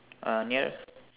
uh near